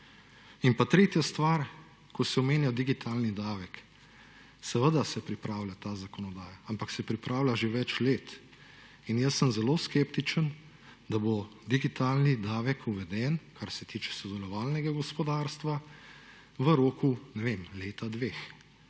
In pa tretja stvar, ko se omenja digitalni davek, seveda se pripravlja ta zakonodaja, ampak se pripravlja že več let in jaz sem zelo skeptičen, da bo digitalni davek uveden, kar se tiče sodelovalnega gospodarstva, v roku, ne vem,